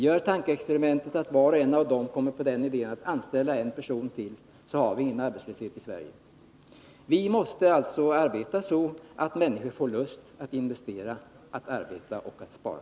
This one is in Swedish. Gör tankeexperimentet att var och en av dem kommer på den idén att anställa en person till — då har vi ingen arbetslöshet i Sverige! Vi måste alltså föra en politik som stimulerar människor till att investera, att arbeta och att spara.